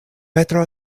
petro